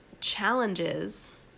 challenges